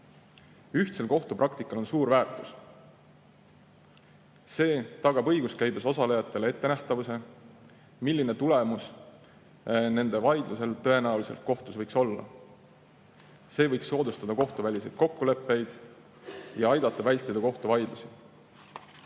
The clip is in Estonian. Ühtsel kohtupraktikal on suur väärtus. See tagab õiguskäibes osalejatele ettenähtavuse, milline tulemus nende vaidlusel tõenäoliselt kohtus võiks olla. See võiks soodustada kohtuväliseid kokkuleppeid ja aidata vältida kohtuvaidlusi.